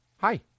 Hi